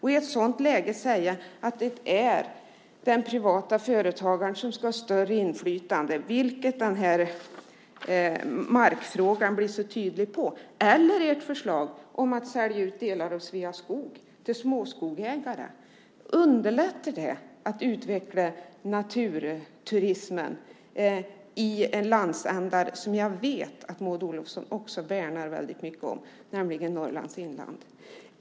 I ett sådant läge sägs det att det är den privata företagaren som ska ha större inflytande, vilket blir tydligt när det gäller markfrågan eller ert förslag om att sälja ut delar av Sveaskog till småskogsägare. Underlättar det utvecklandet av naturturismen i en landsända som jag vet att Maud Olofsson också värnar väldigt mycket om, nämligen Norrlands inland?